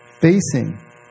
facing